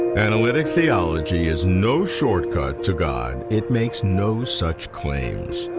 analytic theology is no shortcut to god. it makes no such claims.